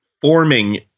forming